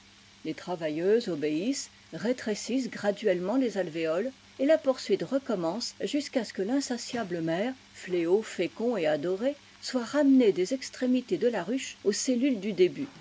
les travailleuses obéissent rétrécissent graduellement les alvéoles et la poursuite recommence jusqu'à ce que l'insatiabie mère fléau fécond et adoré soit ramenée des extrémités de la ruche aux cellules du début